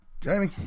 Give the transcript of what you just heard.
Jamie